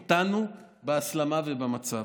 שבהן הוא תוקף את הליכוד ומאשים אותנו בהסלמה ובמצב.